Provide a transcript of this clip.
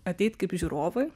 ateit kaip žiūrovui